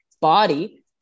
body